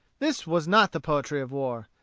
this was not the poetry of war.